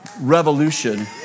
revolution